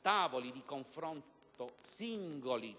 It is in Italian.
tavoli di confronto singoli